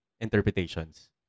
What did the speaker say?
interpretations